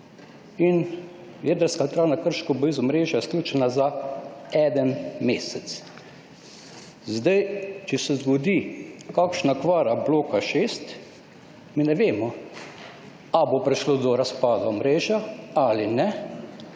in Jedrska elektrarna Krško bo iz omrežja izključena za en mesec. Če se zgodi kakšna okvara bloka 6, mi ne vemo, ali bo prišlo do razpada omrežja ali ne.